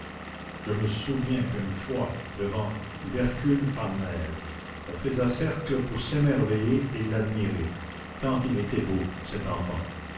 je me souviens qu'une fois devant l'hercule farnèse on faisait cercle pour s'émerveiller et l'admirer tant il était beau cet enfant